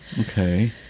Okay